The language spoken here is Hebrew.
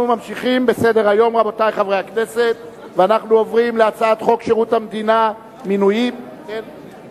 נעבור לנושא הבא בסדר-היום: הצעת חוק שירות המדינה (מינויים) (תיקון